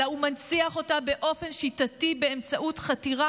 אלא הוא מנציח אותה באופן שיטתי באמצעות חתירה